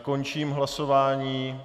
Končím hlasování.